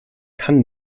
kann